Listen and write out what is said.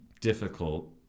difficult